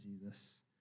Jesus